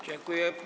Dziękuję.